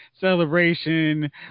celebration